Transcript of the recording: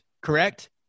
correct